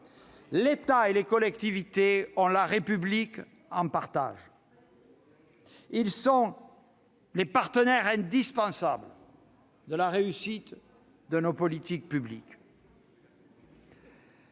L'État et les collectivités territoriales ont la République en partage : ils sont les partenaires indispensables de la réussite de nos politiques publiques.